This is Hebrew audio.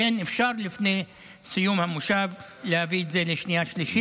נביא אותה לקריאה שנייה ושלישית.